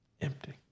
empty